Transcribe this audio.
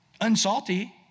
unsalty